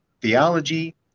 theology